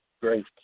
Great